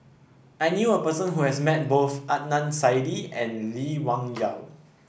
I knew a person who has met both Adnan Saidi and Lee Wung Yew